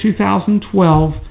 2012